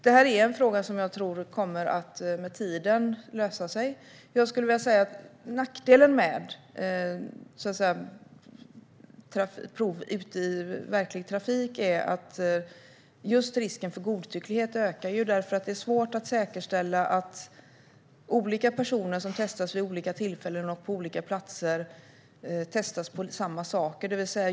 Det här är en fråga som jag tror kommer att lösa sig med tiden. Nackdelen med prov ute i verklig trafik är att risken för godtycklighet ökar, eftersom det är svårt att säkerställa att olika personer som testas vid olika tillfällen och på olika platser testas med samma förhållanden.